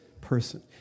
person